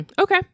Okay